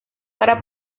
para